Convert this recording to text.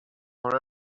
for